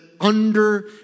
under-